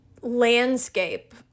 landscape